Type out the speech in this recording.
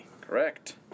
Correct